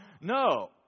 No